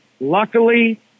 Luckily